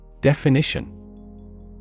Definition